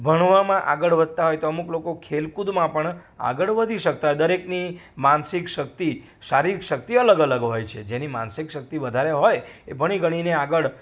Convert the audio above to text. ભણવામાં આગળ વધતાં હોય તો અમુક લોકો ખેલકૂદમાં પણ આગળ વધી શકતા હોય દરેકની માનસિક શક્તિ શારીરિક શક્તિ અલગ અલગ હોય છે જેની માનસિક શક્તિ વધારે હોય એ ભણી ગણીને આગળ